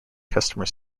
customer